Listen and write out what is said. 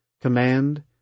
command